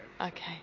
okay